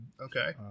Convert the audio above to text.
okay